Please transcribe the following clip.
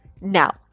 Now